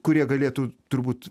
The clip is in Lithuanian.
kurie galėtų turbūt